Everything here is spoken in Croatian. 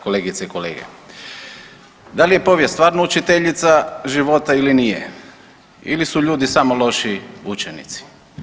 Kolegice i kolege, da li je povijest stvarno učiteljica života ili nije ili su ljudi samo lošiji učenici?